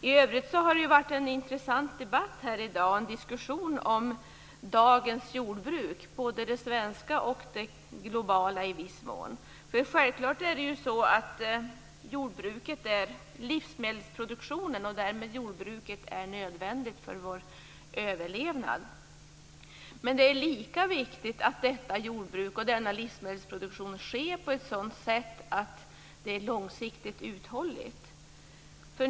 I övrigt har det varit en intressant debatt här i dag, en diskussion om dagens jordbruk, både det svenska och i viss mån det globala. Självklart är jordbruk livsmedelsproduktion och därmed nödvändigt för vår överlevnad. Men det är lika viktigt att detta jordbruk och denna livsmedelsproduktion sker på ett sådant sätt att det är långsiktigt uthålligt.